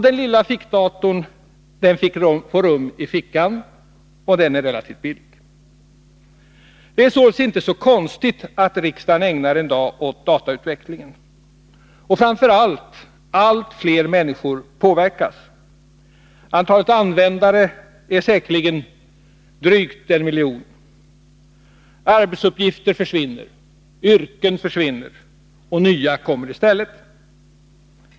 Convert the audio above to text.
Den lilla fickdatorn får rum i fickan, och den är relativt billig. Det är således inte så konstigt att riksdagen ägnar en dag åt datautvecklingen. Och framför allt — allt fler människor påverkas. Antalet användare är säkerligen drygt en miljon. Arbetsuppgifter försvinner, yrken försvinner och nya kommer i stället.